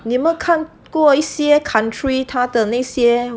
你有没有看过一些 country 他的那些